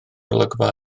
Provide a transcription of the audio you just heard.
olygfa